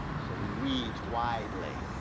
said he reads widely.